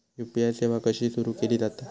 UPI सेवा कशी सुरू केली जाता?